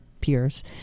peers